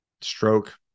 Stroke